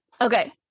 Okay